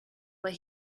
what